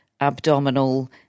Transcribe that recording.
abdominal